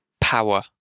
Power